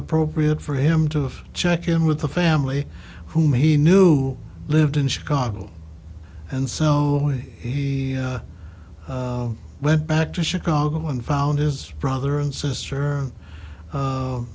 appropriate for him to check in with the family whom he knew lived in chicago and so he went back to chicago and found his brother and sister